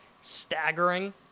staggering